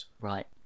Right